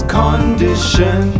condition